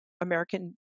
American